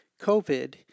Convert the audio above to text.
COVID